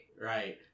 Right